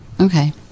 Okay